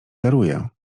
daruję